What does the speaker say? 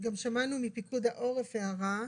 גם שמענו מפיקוד העורף הערה,